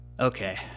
Okay